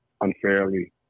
unfairly